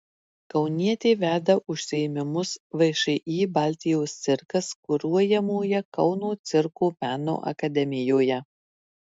kaunietė veda užsiėmimus všį baltijos cirkas kuruojamoje kauno cirko meno akademijoje